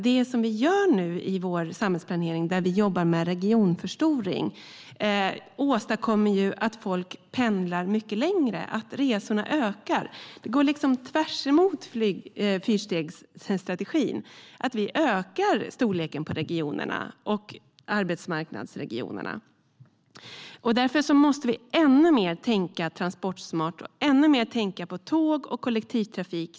Det som sker nu i samhällsplaneringen med regionförstoring åstadkommer att folk pendlar längre, att resorna ökar. Det går tvärtemot fyrstegsstrategin att öka storleken på regionerna och arbetsmarknadsregionerna. Därför måste vi ännu mer tänka transporsmart och ännu mer tänka på tåg och kollektivtrafik.